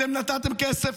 אתם נתתם כסף